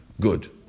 good